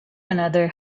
another